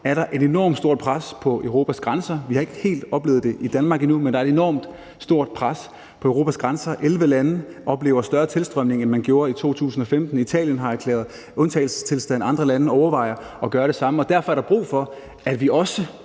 nu er et enormt stort pres på Europas grænser. Vi har ikke helt oplevet det i Danmark endnu, men der er et enormt stort pres på Europas grænser. 11 lande oplever større tilstrømning, end man gjorde i 2015. Italien har erklæret undtagelsestilstand, andre lande overvejer at gøre det samme, og derfor er der brug for, at vi også